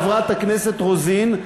חברת הכנסת רוזין,